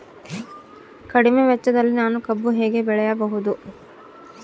ಕಡಿಮೆ ವೆಚ್ಚದಲ್ಲಿ ನಾನು ಕಬ್ಬು ಹೇಗೆ ಬೆಳೆಯಬಹುದು?